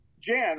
Jan